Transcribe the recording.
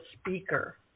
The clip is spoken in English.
speaker